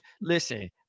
Listen